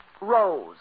Rose